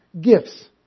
gifts